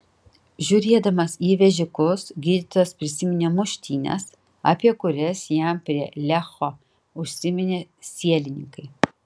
žiūrėdamas į vežikus gydytojas prisiminė muštynes apie kurias jam prie lecho užsiminė sielininkai